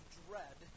dread